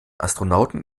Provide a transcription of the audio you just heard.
astronauten